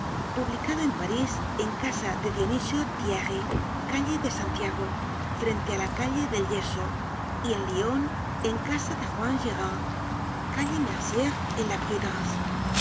publicado en parís en casa de dionisio thierry calle de santiago frente á la calle del yeso y en lyon en casa de juan girin calle merciere en la prudence